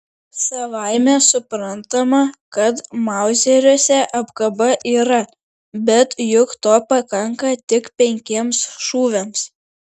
savaime suprantama kad mauzeriuose apkaba yra bet juk to pakanka tik penkiems šūviams